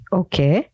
okay